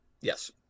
Yes